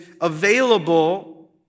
available